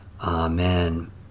Amen